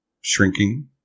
shrinking